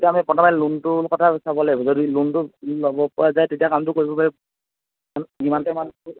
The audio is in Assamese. তেতিয়া আমি প্ৰথমে লোনটোৰ কথা চাব লাগিব যদি লোনটো ল'বপৰা যায় তেতিয়া কামটো কৰিব পাৰি যিমানটো পাৰি